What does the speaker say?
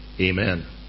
amen